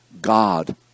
God